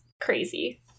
crazy